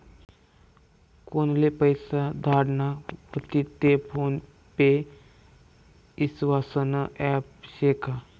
कोनले पैसा धाडना व्हतीन ते फोन पे ईस्वासनं ॲप शे का?